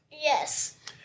Yes